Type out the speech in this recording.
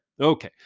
Okay